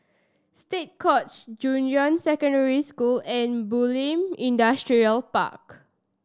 State Courts Junyuan Secondary School and Bulim Industrial Park